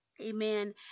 Amen